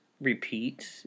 repeat